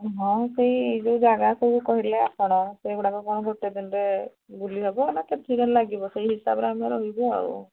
ହଁ ସେଇ ଯେଉଁ ଜାଗା ସବୁ କହିଲେ ଆପଣ ସେହିଗୁଡ଼ାକ କ'ଣ ଗୋଟେ ଦିନରେ ବୁଲି ହବ ନା ନା କେତେରେ ଲାଗିବ ସେହି ହିସାବରେ ଆମେ ରହିବୁ ଆଉ